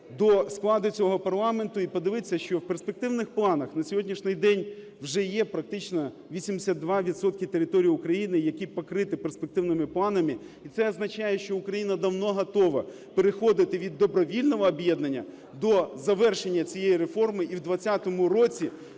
до складу цього парламенту і подивитися, що в перспективних планах на сьогоднішній день вже є практично 82 відсотки території України, які покриті перспективними планами, і це означає, що Україна давно готова переходити від добровільного об'єднання до завершення цієї реформи і в 20-му році,